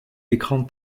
écran